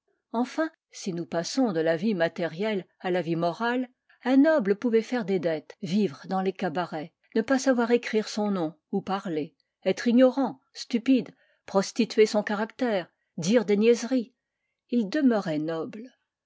enfin si nous passons de la vie matérielle à la vie morale un noble pouvait faire des dettes vivre dans les cabarets ne pas savoir écrire ou parler être ignorant stupide prostituer son caractère dire des niaiseries il demeurait noble